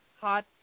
hot